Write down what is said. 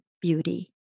beauty